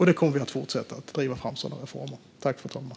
Vi kommer att fortsätta driva fram sådana här reformer.